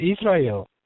Israel